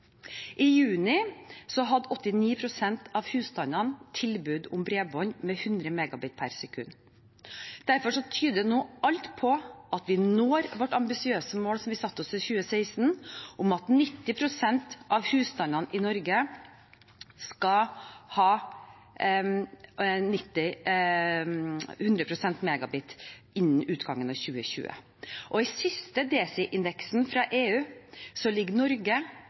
I juni hadde 89 pst. av husstandene tilbud om bredbånd med 100 Mbit/s. Derfor tyder nå alt på at vi når vårt ambisiøse mål som vi satte oss i 2016, om at 90 pst. av husstandene i Norge skal ha 100 Mbit/s innen utgangen av 2020. I siste DESI-indeksen fra EU ligger Norge